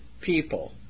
people